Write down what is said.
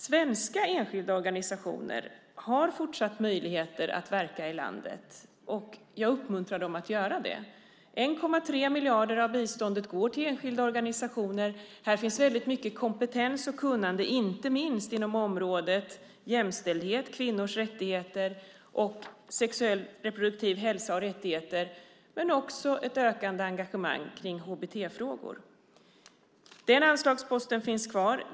Svenska enskilda organisationer har fortsatt möjligheter att verka i landet, och jag uppmuntrar dem att göra det. 1,3 miljarder av biståndet går till enskilda organisationer. Här finns väldigt mycket kompetens och kunnande, inte minst på områdena jämställdhet, kvinnors rättigheter och sexuell och reproduktiv hälsa och rättigheter. Det finns också ett ökande engagemang kring HBT-frågor. Den anslagsposten finns kvar.